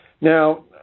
now